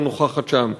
לא נוכחת שם,